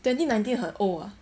twenty nineteen 很 old ah